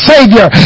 Savior